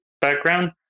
background